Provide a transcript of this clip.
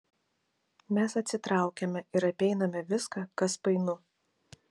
mes atsitraukiame ir apeiname viską kas painu